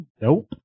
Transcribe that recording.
nope